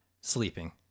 sleeping